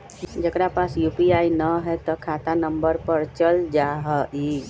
जेकरा पास यू.पी.आई न है त खाता नं पर चल जाह ई?